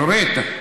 נורית.